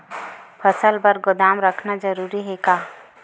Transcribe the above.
फसल बर गोदाम रखना जरूरी हे का?